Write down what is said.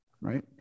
Right